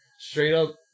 straight-up